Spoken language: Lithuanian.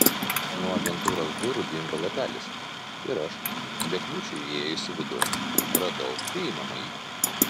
nuo agentūros durų dingo lapelis ir aš be kliūčių įėjusi vidun radau priimamąjį